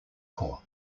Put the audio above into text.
corps